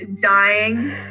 dying